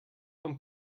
vom